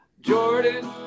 Jordan